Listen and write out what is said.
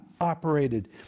operated